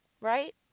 right